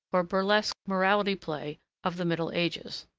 or burlesque morality-play of the middle ages.